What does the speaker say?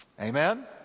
Amen